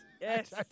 Yes